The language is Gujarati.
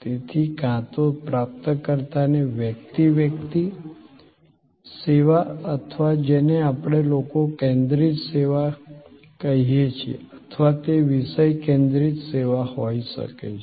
તેથી કાં તો પ્રાપ્તકર્તાને વ્યક્તિ વ્યક્તિ સેવા અથવા જેને આપણે લોકો કેન્દ્રિત સેવા કહીએ છીએ અથવા તે વિષય કેન્દ્રિત સેવા હોઈ શકે છે